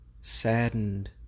saddened